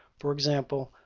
for example,